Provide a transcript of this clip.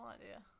idea